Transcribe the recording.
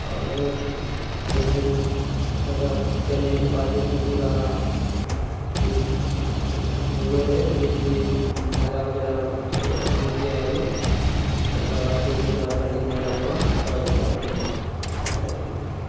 आओर जे छै ओकर पीनेहैके बाद जे छै पूरा इ होइ रहै जे की धागा वगैरह ओहिमे सँ निकलै लागलै ओकरा बाद किछु दिनके बाद बढ़िआँ नहि लागलै तब ओकरा जे छै निकालि देलियै